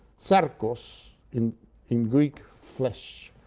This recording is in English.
sarcos in in greek, flesh,